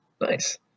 Nice